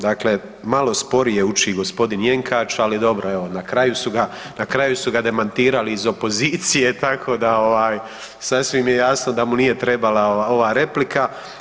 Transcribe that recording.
Dakle, malo sporije uči g. Jenkač, ali dobro evo na kraju su ga, na kraju su ga demantirali iz opozicije tako da ovaj sasvim je jasno da mu nije trebala ova replika.